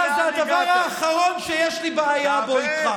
זה הדבר האחרון שיש לי בעיה בו איתך.